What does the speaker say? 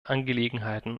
angelegenheiten